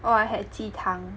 oh I had 鸡汤